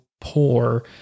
poor